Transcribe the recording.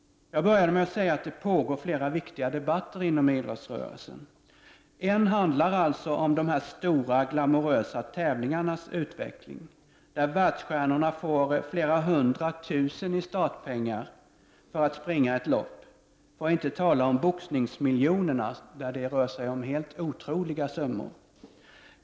Jag inledde med att säga att det pågår flera viktiga debatter inom idrottsrörelsen. En debatt handlar om de stora, glamorösa tävlingarnas utveckling, där världsstjärnorna får flera hundra tusen i startpengar för att springa ett lopp — för att inte tala om de helt otroliga summor som boxningsmiljonerna utgör.